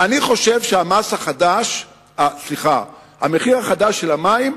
אני חושב שהמחיר החדש של המים